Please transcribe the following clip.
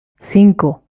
cinco